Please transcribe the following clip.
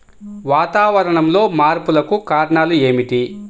వాతావరణంలో మార్పులకు కారణాలు ఏమిటి?